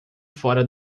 fora